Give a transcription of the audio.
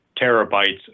terabytes